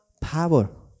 power